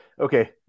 okay